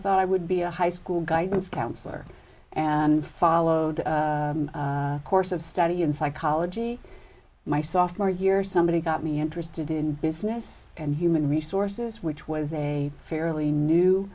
thought i would be a high school guidance counselor and followed a course of study in psychology my software years somebody got me interested in business and human resources which was a fairly